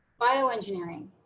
bioengineering